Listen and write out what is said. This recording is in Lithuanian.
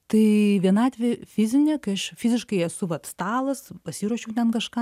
tai vienatvė fizinė kai aš fiziškai esu vat stalas pasiruošiau ten kažką